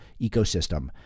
ecosystem